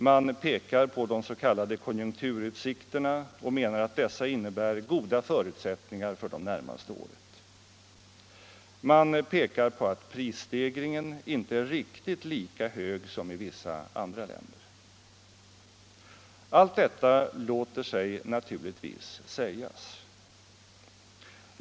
Man pekar på de s.k. konjunkturutsikterna och menar att dessa innebär goda förutsättningar för det närmaste året. Man pekar på att prisstegringen inte är riktigt lika hög som i vissa andra länder. Allt detta låter sig naturligtvis sägas.